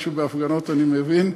משהו בהפגנות אני מבין.